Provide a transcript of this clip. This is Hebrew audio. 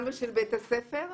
ושל בית הספר .